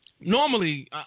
normally